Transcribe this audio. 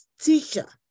teacher